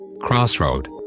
Crossroad